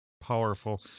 Powerful